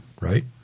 right